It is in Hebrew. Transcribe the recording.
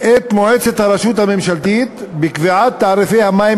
את מועצת הרשות הממשלתית בקביעת תעריפי המים